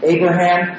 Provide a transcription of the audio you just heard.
Abraham